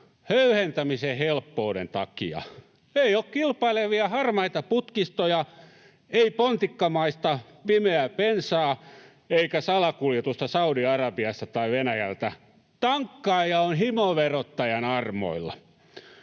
höyhentämisen helppouden takia. Ei ole kilpailevia harmaita putkistoja, ei pontikkamaista pimeää bensaa eikä salakuljetusta Saudi-Arabiasta tai Venäjältä. Tankkaaja on himoverottajan armoilla.